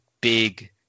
big